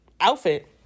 outfit